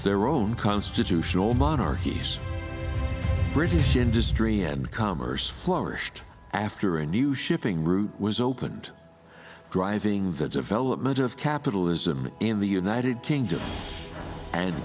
their own constitutional monarchies british industry and commerce flourished after a new shipping route was opened driving the development of capitalism in the united kingdom and